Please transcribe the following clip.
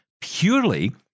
purely